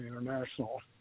International